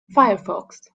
firefox